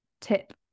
tip